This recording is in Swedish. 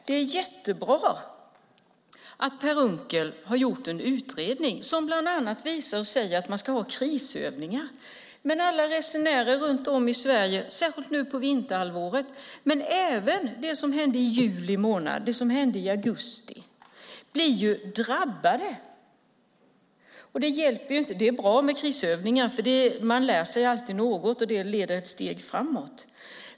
Det är jättebra att Per Unckel har gjort en utredning som bland annat visar att man ska ha krisövningar. Men resenärer runt om i Sverige drabbas ändå, särskilt nu på vinterhalvåret, men även i juli månad, även i augusti. Det hjälper inte. Det är bra med krisövningar, för man lär sig alltid något, och det leder ett steg framåt.